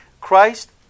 Christ